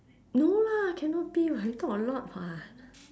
no lah cannot be [what] we talk a lot [what]